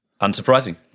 Unsurprising